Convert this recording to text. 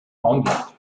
auenland